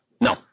No